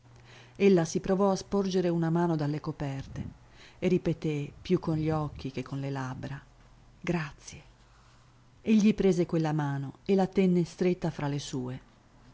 abisso ella si provò a sporgere una mano dalle coperte e ripeté più con gli occhi che con le labbra grazie egli prese quella mano e la tenne stretta fra le sue